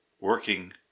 working